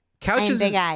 Couches